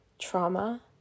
trauma